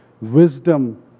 wisdom